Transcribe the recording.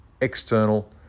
External